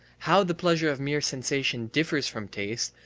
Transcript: how the pleasure of mere sensation differs from taste,